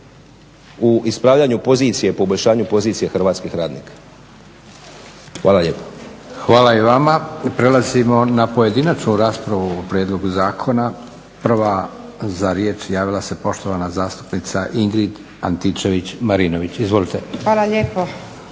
u ispravljanju i poboljšanju pozicije hrvatskih radnika. Hvala lijepa. **Leko, Josip (SDP)** Hvala i vama. Prelazimo na pojedinačnu raspravu o prijedlogu zakona. Prva za riječ javila se poštovana zastupnica Ingrid Antičević Marinović. Izvolite. **Antičević